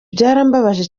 byarambabaje